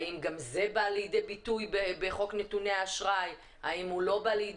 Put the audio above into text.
האם גם זה בא לידי ביטוי בחוק נתוני אשראי או האם לאו.